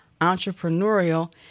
entrepreneurial